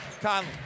Conley